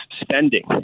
spending